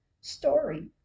story